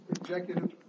executive